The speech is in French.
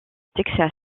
texas